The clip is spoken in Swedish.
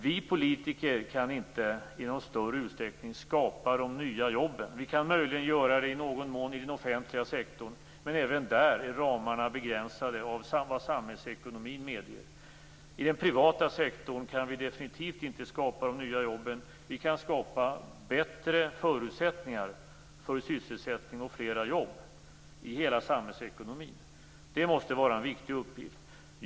Vi politiker kan inte i någon större utsträckning skapa de nya jobben. Vi kan möjligen göra det i någon mån i den offentliga sektorn, men även där är ramarna begränsade av vad samhällsekonomin medger. I den privata sektorn kan vi definitivt inte skapa de nya jobben. Vi kan skapa bättre förutsättningar för sysselsättning och fler jobb i hela samhällsekonomin. Det måste vara en viktig uppgift.